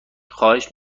خواهش